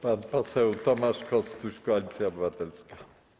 Pan poseł Tomasz Kostuś, Koalicja Obywatelska.